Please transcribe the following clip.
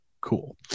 cool